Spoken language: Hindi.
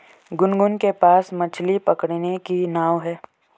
गुनगुन के पास मछ्ली पकड़ने की नाव है